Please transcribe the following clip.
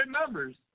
numbers